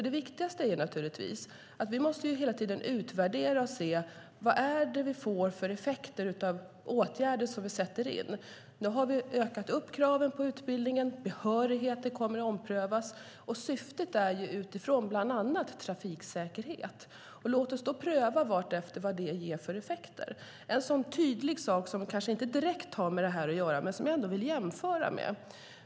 Det viktigaste är naturligtvis att vi hela tiden utvärderar och ser vad det är för effekter vi får av de åtgärder som vi sätter in. Nu har vi ökat kraven på utbildningen. Behörigheter kommer att omprövas. Syftet är ju bland annat att uppnå trafiksäkerhet. Låt oss pröva vartefter vad det ger för effekter. En sådan tydlig sak, som kanske inte direkt har med det här att göra, vill jag ändå jämföra med.